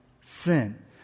sin